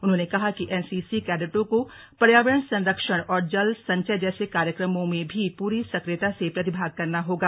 उन्होंने कहा कि एनसीसी कैंडटों को पर्यावरण संरक्षण और जल संचय जैसे कार्यक्रमों में भी पूरी सक्रियता से प्रतिभाग करना होगा